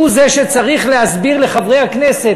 הוא שצריך להסביר לחברי הכנסת,